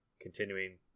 continuing